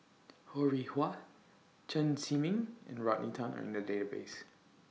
Ho Rih Hwa Chen Zhiming and Rodney Tan Are in The Database